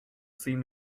seam